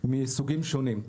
מסוגים שונים.